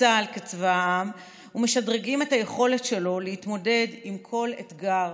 צה"ל כצבא העם ומשדרגים את היכולת שלו להתמודד עם כל אתגר